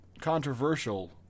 controversial